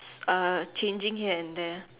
are changing here and there